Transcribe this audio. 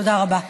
תודה רבה.